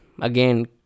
again